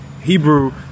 Hebrew